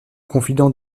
confident